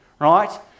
Right